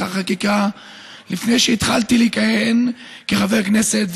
החקיקה לפני שהתחלתי לכהן כחבר כנסת,